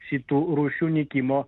šitų rūšių nykimo